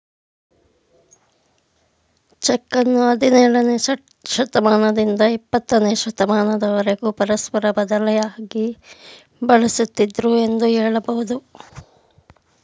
ಚೆಕ್ಕನ್ನು ಹದಿನೇಳನೇ ಶತಮಾನದಿಂದ ಇಪ್ಪತ್ತನೇ ಶತಮಾನದವರೆಗೂ ಪರಸ್ಪರ ಬದಲಿಯಾಗಿ ಬಳಸುತ್ತಿದ್ದುದೃ ಎಂದು ಹೇಳಬಹುದು